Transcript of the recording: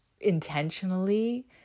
intentionally